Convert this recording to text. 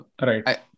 Right